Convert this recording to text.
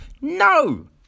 No